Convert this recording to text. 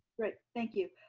great, thank you.